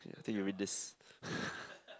I think you read this